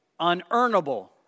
unearnable